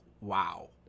wow